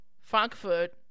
Frankfurt